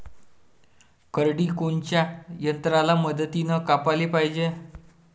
करडी कोनच्या यंत्राच्या मदतीनं कापाले पायजे?